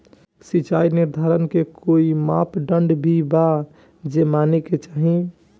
सिचाई निर्धारण के कोई मापदंड भी बा जे माने के चाही?